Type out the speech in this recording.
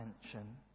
attention